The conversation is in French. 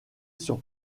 sur